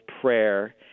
prayer—